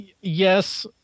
Yes